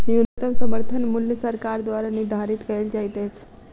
न्यूनतम समर्थन मूल्य सरकार द्वारा निधारित कयल जाइत अछि